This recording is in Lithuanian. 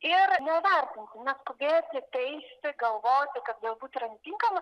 ir nevertinti neskubėti teisti galvoti kad galbūt yra netinkama